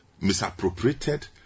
misappropriated